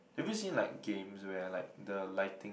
have you seen like games where like the lighting